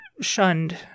shunned